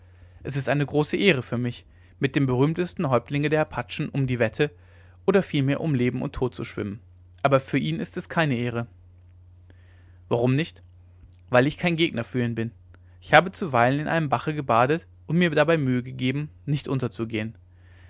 es ist eine große ehre für mich mit dem berühmtesten häuptlinge der apachen um die wette oder vielmehr um leben und tod zu schwimmen aber für ihn ist es keine ehre warum nicht weil ich kein gegner für ihn bin ich habe zuweilen in einem bache gebadet und mir dabei mühe gegeben nicht unterzugehen